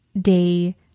day